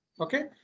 Okay